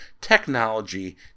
technology